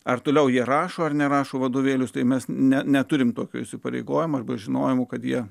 ar toliau jie rašo ar nerašo vadovėlius tai mes neturime tokio įsipareigojimo arba žinojimu kad jie